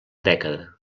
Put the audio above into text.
dècada